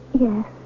Yes